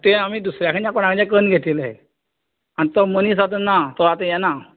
ते आमी दुसऱ्या कडल्यान कोणा कडल्यान कन्न घेतिल्लें आनी तो मनीस आतां ना तो आतां येना